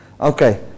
Okay